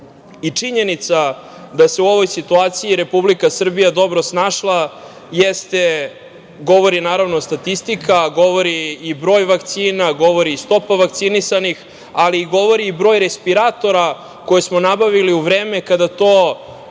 živote. Činjenica da se u ovoj situaciji Republika Srbija dobro snašla govori naravno statistika, govori i broj vakcina, govori i stopa vakcinisanih, ali govori i broj respiratora koje smo nabavili u vreme kada je